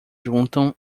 juntam